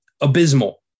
Abysmal